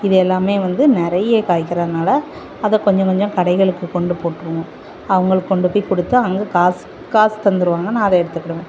இது எல்லாம் வந்து நிறைய காய்க்கிறதுனால அதை கொஞ்சம் கொஞ்சம் கடைகளுக்கு கொண்டு போட்டுருவோம் அவங்களுக்கு கொண்டு போய் கொடுத்து அங்கே காசு காசு தந்துடுவாங்க நான் அதை எடுத்துக்கிடுவேன்